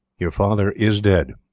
your father is dead.